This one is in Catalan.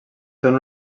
són